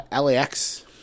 LAX